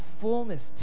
fullness